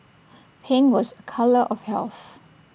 pink was A colour of health